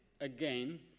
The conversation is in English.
again